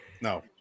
No